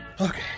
Okay